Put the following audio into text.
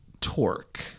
Torque